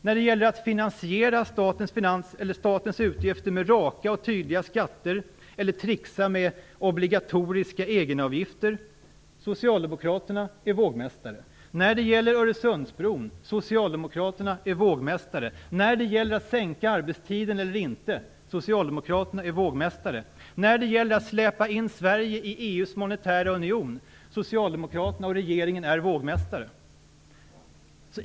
När det gäller frågan om huruvida vi skall finansiera statens utgifter med raka och tydliga skatter eller trixa med obligatoriska egenavgifter är Socialdemokraterna vågmästare. När det gäller Öresundsbron är Socialdemokraterna vågmästare. När det gäller att sänka arbetstiden är Socialdemokraterna vågmästare. När det gäller att släpa in Sverige i EU:s monetära union är Socialdemokraterna - och regeringen - vågmästare.